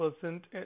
percent